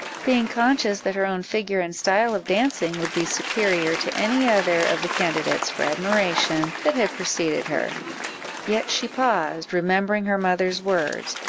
being conscious that her own figure and style of dancing would be superior to any other of the candidates for admiration that had preceded her yet she paused, remembering her mother's words,